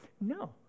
No